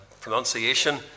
pronunciation